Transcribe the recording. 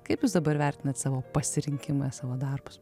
kaip jūs dabar vertinat savo pasirinkimą savo darbus